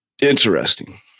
Interesting